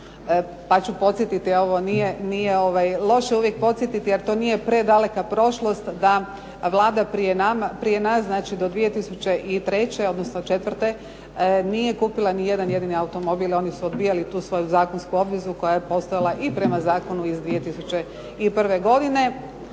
Pa ću podsjetiti, ovo nije loše uvijek podsjetiti jer to nije predaleka prošlost da Vlada prije nas znači do 2003. odnosno 2004. nije kupila nijedan jedini automobil. Oni su odbijali tu svoju zakonsku obvezu koja je postojala i prema zakonu iz 2001. godine